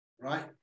right